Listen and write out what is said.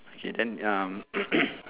okay then um